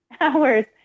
hours